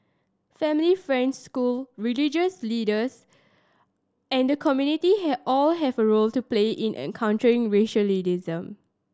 family friends school religious leaders and the community have all have a role to play in countering